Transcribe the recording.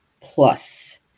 plus